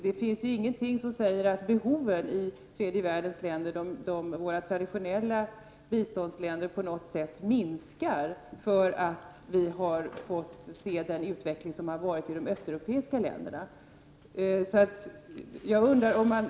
Det finns ingenting som säger att behoven i våra traditionella biståndsländer i tredje världen på något sätt minskar för att vi har uppmärksammat den utveckling som förekommit i de östeuropeiska länderna.